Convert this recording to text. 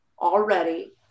already